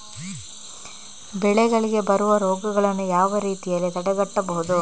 ಬೆಳೆಗಳಿಗೆ ಬರುವ ರೋಗಗಳನ್ನು ಯಾವ ರೀತಿಯಲ್ಲಿ ತಡೆಗಟ್ಟಬಹುದು?